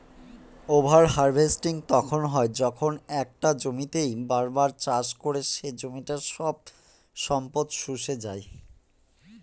over harvesting তখন হয় যখন একটা জমিতেই বার বার চাষ করে সে জমিটার সব সম্পদ শুষে যাই